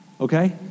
Okay